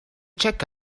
check